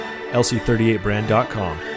LC38brand.com